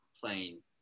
playing